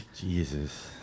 Jesus